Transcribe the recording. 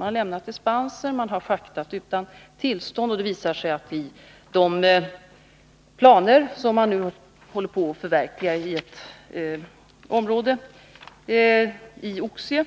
Man har lämnat dispenser, man har schaktat utan tillstånd, och i samband med de planer som man nu håller på att förverkliga i Oxie